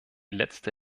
letzte